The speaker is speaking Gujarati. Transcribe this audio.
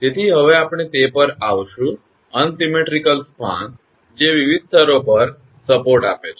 તેથી હવે આપણે તે પર આવીશું અનસિમેટ્રિકલ સ્પાન્સ જે વિવિધ સ્તરો પર સપોર્ટ આપે છે